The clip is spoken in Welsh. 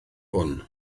hwn